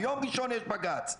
ביום ראשון יש בג"ץ.